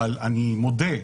אבל אני מודה,